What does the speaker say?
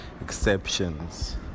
exceptions